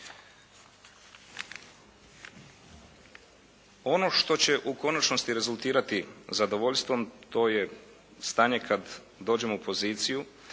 Ono što će u konačnosti rezultirati zadovoljstvom to je stanje kada dođemo u poziciju